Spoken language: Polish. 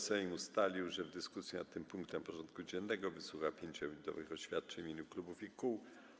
Sejm ustalił, że w dyskusji nad tym punktem porządku dziennego wysłucha 5-minutowych oświadczeń w imieniu klubów i kół.